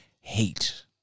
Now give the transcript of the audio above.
hate